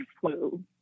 flu